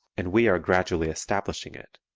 and we are gradually establishing it.